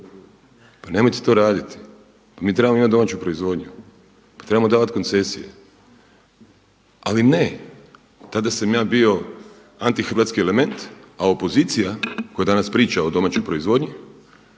Pa nemojte to raditi, pa mi trebamo imati domaću proizvodnju, pa trebamo davati koncesije. Ali ne, tada sam ja bio antihrvatski element, a opozicija koja danas priča o domaćoj proizvodnji